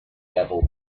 level